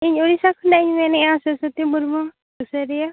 ᱤᱧ ᱚᱲᱤᱥᱥᱟ ᱠᱷᱚᱱᱟᱜ ᱤᱧ ᱢᱮᱱᱮᱫᱼᱟ ᱥᱚᱨᱚᱥᱚᱛᱛᱤ ᱢᱩᱨᱢᱩ ᱥᱩᱥᱟᱹᱨᱤᱭᱟᱹ